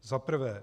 Za prvé.